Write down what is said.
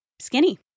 skinny